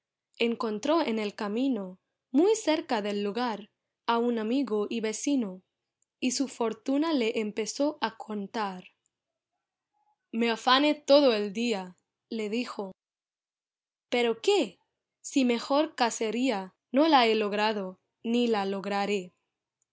encontró en el camino muy cerca del lugar a un amigo y vecino y su fortuna le empezó a contar me afané todo el día le dijo pero qué si mejor cacería no la he logrado ni la lograré